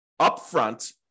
upfront